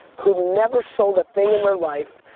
who never sold a thing in their life,